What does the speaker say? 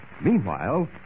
Meanwhile